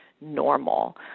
normal